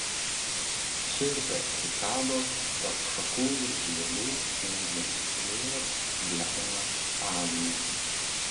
čirpia cikados tarp šakų ir žiedų ūžia vėjas bliauna avys